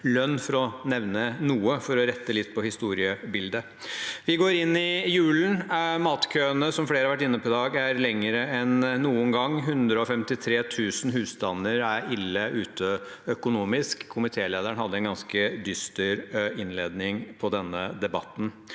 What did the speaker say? lønn, for å nevne noe – for å rette litt på historiebildet. Vi går inn i julen. Matkøene, som flere har vært inne på i dag, er lengre enn noen gang. 153 000 husstander er ille ute økonomisk. Komitélederen hadde en ganske dyster innledning på denne debatten.